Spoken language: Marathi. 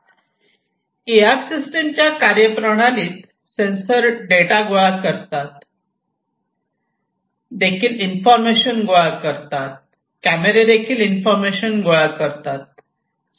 ए आर सिस्टीमच्या कार्य प्रणालीत सेन्सर्स डेटा गोळा करतात देखील इन्फॉर्मेशन गोळा करतात